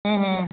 હમ હમ